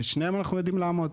ובשניהם אנחנו יודעים לעמוד.